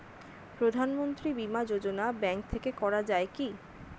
প্রধানমন্ত্রী বিমা যোজনা ব্যাংক থেকে করা যায় কি?